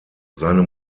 seine